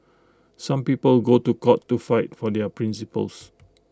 some people go to court to fight for their principles